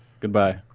Goodbye